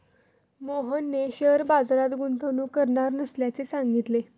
मोहनने शेअर बाजारात गुंतवणूक करणार नसल्याचे सांगितले